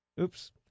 Oops